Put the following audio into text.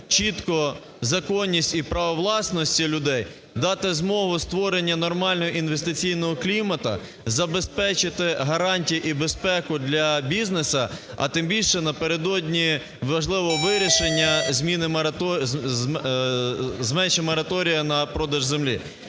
чітко законність і право власності людей, дати змогу створення нормального інвестиційного клімату, забезпечити гарантії і безпеку для бізнесу, а тим більше, напередодні важливого вирішення зміни... ....... мораторію на продаж землі.